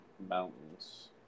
Mountains